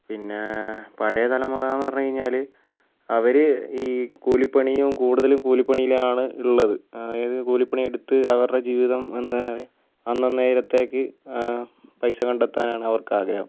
പിന്നെ പഴയ തലമുറ എന്ന് പറഞ്ഞു കഴിഞ്ഞാൽ അവർ ഈ കൂലി പണിയും കൂടുതലും കൂലിപണിയിലാണ് ഉള്ളത് അതായത് കൂലിപ്പണി എടുത്ത് അവരുടെ ജീവിതം എന്താണ് അന്നന്നേരത്തേക്ക് അ പൈസ കണ്ടെത്താനാണ് അവർക്ക് ആഗ്രഹം